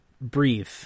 breathe